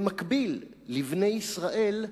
במקביל לבני ישראל,